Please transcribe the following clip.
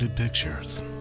pictures